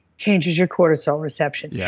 changes your cortisol reception. yeah